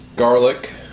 garlic